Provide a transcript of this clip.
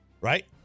right